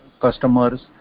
customers